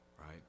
right